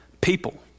people